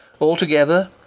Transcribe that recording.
Altogether